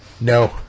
No